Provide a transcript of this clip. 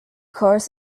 course